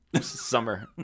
Summer